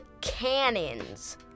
cannons